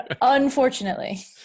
Unfortunately